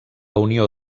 unió